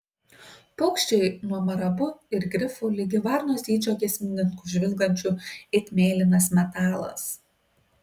paukščiai nuo marabu ir grifų ligi varnos dydžio giesmininkų žvilgančių it mėlynas metalas